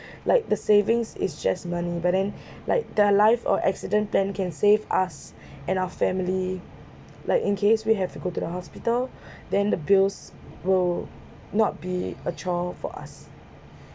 like the savings is just money but then like their life or accident plan can save us and our family like in case we have to go to the hospital then the bills will not be a chore for us